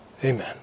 Amen